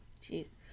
Jeez